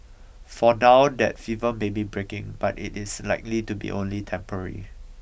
for now that fever may be breaking but it is likely to be only temporary